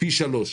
פי שלוש,